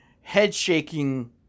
head-shaking